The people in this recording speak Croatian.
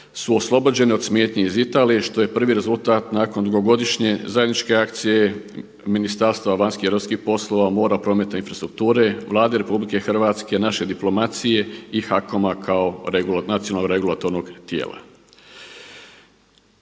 su oslobođeni od smetnji iz Italije što je prvi rezultat nakon dugogodišnje zajedničke akcije Ministarstva vanjskih i europskih poslova, mora, prometa i infrastrukture, Vlade RH, naše diplomacije i HAKOM-a kao nacionalnog regulatornog tijela.